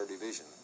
Division